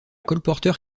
colporteur